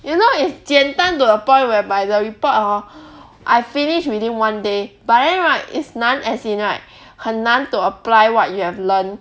you know it's 简单 to the point whereby the report hor I finish within one day but then right is 难 as in right 很难 to apply what you have learned